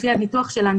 לפי הניתוח שלנו,